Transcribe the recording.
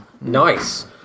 Nice